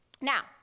Now